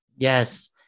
Yes